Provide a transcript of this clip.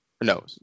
No